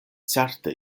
certe